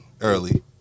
early